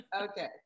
Okay